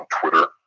Twitter